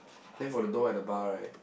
then for the door at the bar right